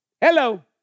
Hello